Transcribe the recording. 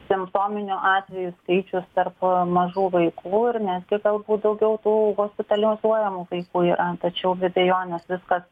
simptominių atvejų skaičius tarp mažų vaikų ir netgi galbūt daugiau tų hospitalizuojamų vaikų yra tačiau be abejonės viskas